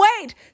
wait